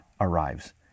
arrives